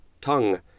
tongue